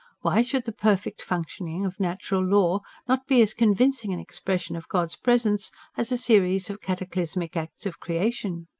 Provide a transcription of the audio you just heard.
why should the perfect functioning of natural law not be as convincing an expression of god's presence as a series of cataclysmic acts of creation?